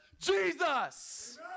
Jesus